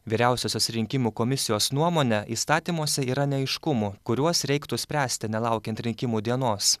vyriausiosios rinkimų komisijos nuomone įstatymuose yra neaiškumų kuriuos reiktų spręsti nelaukiant rinkimų dienos